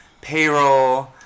payroll